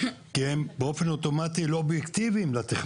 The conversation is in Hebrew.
כי הם באופן אוטומטי לא אובייקטיביים לתכנון.